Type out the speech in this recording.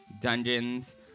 dungeons